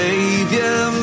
Savior